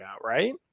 right